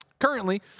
Currently